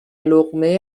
لقمه